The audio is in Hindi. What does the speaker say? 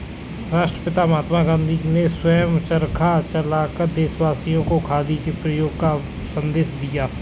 राष्ट्रपिता महात्मा गांधी ने स्वयं चरखा चलाकर देशवासियों को खादी के प्रयोग का संदेश दिया